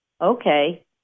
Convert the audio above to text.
okay